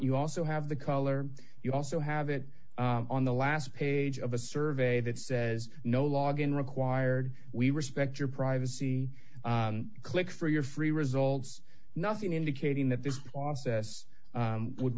you also have the color you also have it on the last page of a survey that says no logging required we respect your privacy click for your free results nothing indicating that this process would